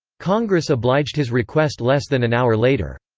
congress obliged his request less than an hour later.